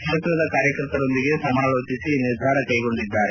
ಕ್ಷೇತ್ರದ ಕಾರ್ಯಕರ್ತರೊಂದಿಗೆ ಸಮಾಲೋಚಿಸಿ ಈ ನಿರ್ಧಾರ ಕೈಗೊಂಡಿದ್ದಾರೆ